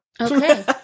Okay